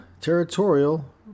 Territorial